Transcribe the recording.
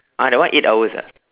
ah that one eight hours ah